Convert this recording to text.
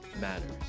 matters